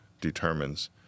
determines